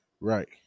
Right